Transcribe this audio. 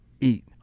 Eat